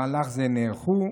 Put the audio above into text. במהלך זה נערכו,